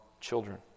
children